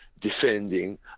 defending